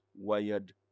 wired